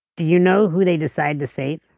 do you know who they decide to save?